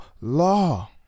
law